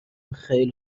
خیلی